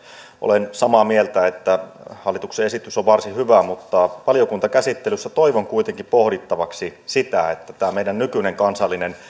olen samaa mieltä että hallituksen esitys on varsin hyvä mutta valiokuntakäsittelyssä toivon kuitenkin pohdittavaksi sitä että tämä meidän nykyinen kansallinen